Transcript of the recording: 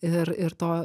ir ir to